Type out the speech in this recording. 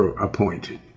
appointed